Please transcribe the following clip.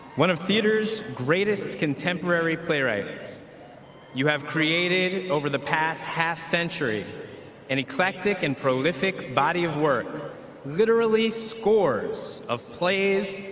one of theater's greatest contemporary playwrights you have created over the past half century an eclectic and prolific body of work literally scores of plays,